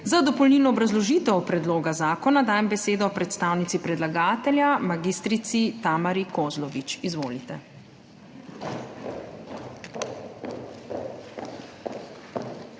Za dopolnilno obrazložitev predloga zakona dajem besedo predstavnici predlagatelja mag. Tamari Kozlovič. Izvolite.